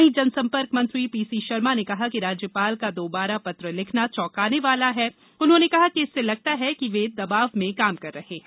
वहीं जनसंपर्क मंत्री पीसी शर्मा ने कहा कि राज्यपाल का दोबारा पत्र लिखना चौंकाने वाला है उन्होंने कहा कि इससे लगता है कि वे दबाव में काम कर रहे हैं